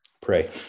pray